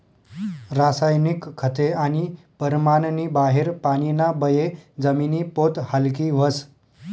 रासायनिक खते आणि परमाननी बाहेर पानीना बये जमिनी पोत हालकी व्हस